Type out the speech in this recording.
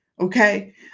Okay